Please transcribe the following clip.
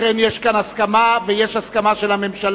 לכן יש כאן הסכמה, ויש הסכמה של הממשלה.